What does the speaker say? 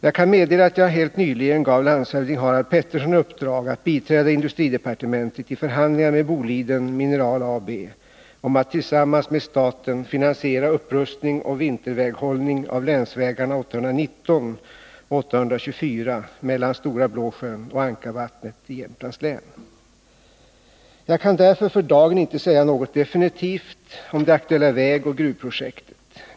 Jag kan meddela att jag helt nyligen gav landshövding Harald Pettersson i uppdrag att biträda industridepartementet i förhandlingar med Boliden Mineral AB om att tillsammans med staten finansiera upprustning och vinterväghållning av länsvägarna 819 och 824 mellan Stora Blåsjön och Ankarvattnet i Jämtlands län. Jag kan därför för dagen inte säga något definitivt om det aktuella vägoch gruvprojektet.